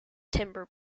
timber